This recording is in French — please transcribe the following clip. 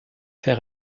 fait